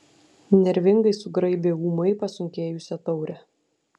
nervingai sugraibė ūmai pasunkėjusią taurę